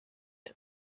him